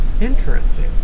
Interesting